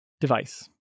device